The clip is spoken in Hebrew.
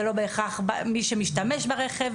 זה לא בהכרח מי שמשתמש ברכב.